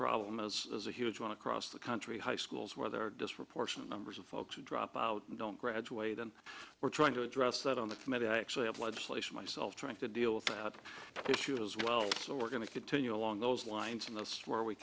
problem as is a huge one across the country high schools where there are disproportionate numbers of folks who drop out and don't graduate and we're trying to address that on the committee i actually have legislation myself trying to deal with that issue as well so we're going to continue along those lines and that's where we